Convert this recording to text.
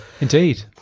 Indeed